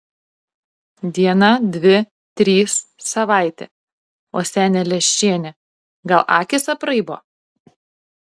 diena dvi trys savaitė o senė leščienė gal akys apraibo